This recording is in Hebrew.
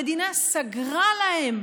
המדינה סגרה להם,